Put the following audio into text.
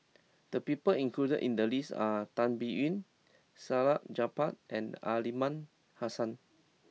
the people included in the list are Tan Biyun Salleh Japar and Aliman Hassan